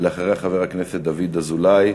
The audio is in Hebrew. אחריה, חבר הכנסת דוד אזולאי,